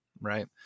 Right